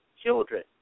children